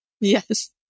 Yes